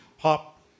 pop